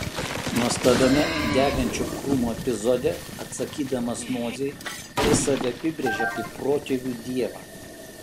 nuostabiame degančio krūmo epizode atsakydamas mozei jis save apibrėžia kaip protėvių dievą